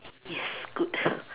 yes good